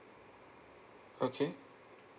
okay